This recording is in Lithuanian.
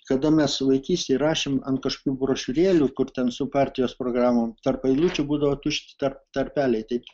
kada mes vaikystėj rašėm ant kažkokių brošiūrėlių kur ten su partijos programom tarp eilučių būdavo tušti tarp tarpeliai tai